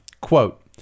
Quote